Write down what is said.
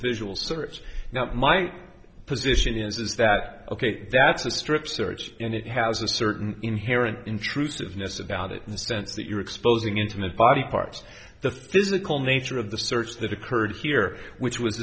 visual search now my position is that ok that's a strip search and it has a certain inherent intrusiveness about it in the sense that you're exposing intimate body parts the physical nature of the search that occurred here which was